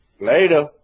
Later